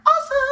awesome